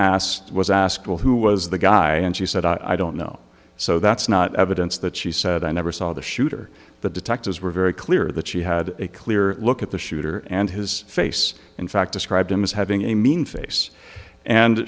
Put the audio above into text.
asked was asked well who was the guy and she said i don't know so that's not evidence that she said i never saw the shooter but detectives were very clear that she had a clear look at the shooter and his face in fact described him as having a mean face and